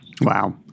Wow